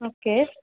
okay